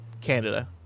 Canada